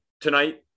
tonight